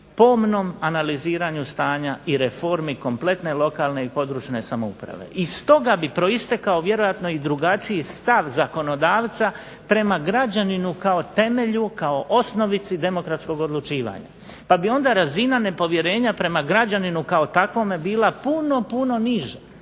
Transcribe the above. pomnom analiziranju stanja i reformi kompletne lokalne i područne samouprave. I stoga bi proistekao vjerojatno i drugačiji stav zakonodavca prema građaninu kao temelju, kao osnovici demokratskog odlučivanja, pa bi onda razina nepovjerenja prema građaninu kao takvome bila puno, puno niža